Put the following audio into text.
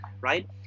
right